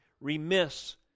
remiss